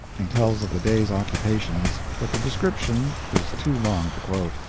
and tells of the day's occupations, but the description is too long to quote.